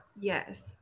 Yes